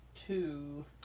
two